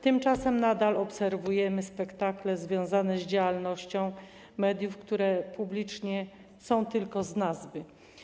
Tymczasem nadal obserwujemy spektakle związane z działalnością mediów, które publiczne są tylko z nazwy.